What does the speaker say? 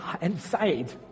inside